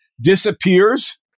disappears